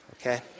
Okay